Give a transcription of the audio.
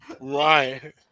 Right